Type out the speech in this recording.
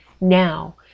Now